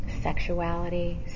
sexuality